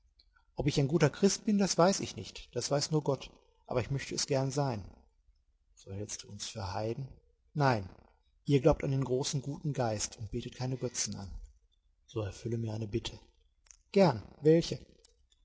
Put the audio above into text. ob ich ein guter christ bin das weiß ich nicht das weiß nur gott aber ich möchte es gern sein so hältst du uns für heiden nein ihr glaubt an den großen guten geist und betet keine götzen an so erfülle mir eine bitte gern welche